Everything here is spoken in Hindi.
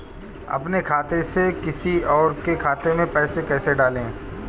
अपने खाते से किसी और के खाते में पैसे कैसे डालें?